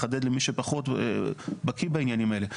לחדד למי שפחות בקיא בעניין הזה,